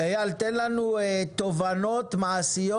אייל תן לנו תובנות או מעשיות,